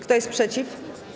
Kto jest przeciw?